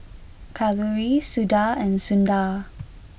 Kalluri Suda and Sundar